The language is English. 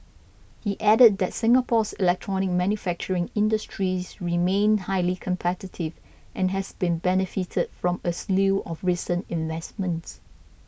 he added that Singapore's electronics manufacturing industries remained highly competitive and has benefited from a slew of recent investments